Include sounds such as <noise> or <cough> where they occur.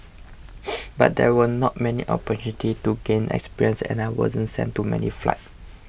<noise> but there were not many opportunities to gain experience and I wasn't sent to many fights